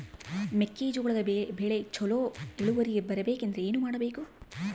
ಮೆಕ್ಕೆಜೋಳದ ಬೆಳೆ ಚೊಲೊ ಇಳುವರಿ ಬರಬೇಕಂದ್ರೆ ಏನು ಮಾಡಬೇಕು?